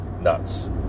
nuts